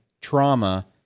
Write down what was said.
trauma